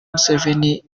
museveni